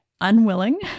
unwilling